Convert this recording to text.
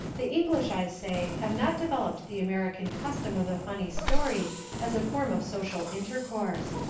the english, i say, have not developed the american custom of the funny story as a form of social intercourse.